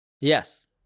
Yes